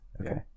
Okay